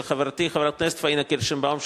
של חברתי חברת הכנסת פניה קירשנבאום,